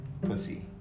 Pussy